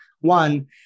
one